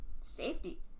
Safety